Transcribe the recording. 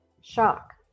shock